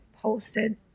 posted